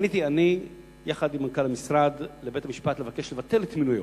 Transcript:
פניתי אני יחד עם מנכ"ל המשרד לבית-משפט לבקש לבטל את מינויו.